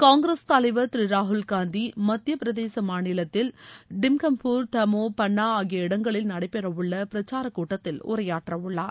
காங்கிரஸ் தலைவர் திரு ராகுல்காந்தி மத்திய பிரதேச மாநிலத்தில் டிக்கம்கர் தமோ பன்னா ஆகிய இடங்களில் நடைபெறவுள்ள பிரச்சார கூட்டத்தில் உரையாற்ற உள்ளார்